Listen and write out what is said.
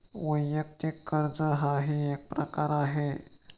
वैयक्तिक कर्ज हाही एक प्रकार आहे